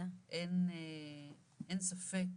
אין ספק